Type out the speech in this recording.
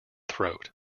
throat